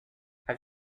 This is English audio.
have